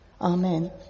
amen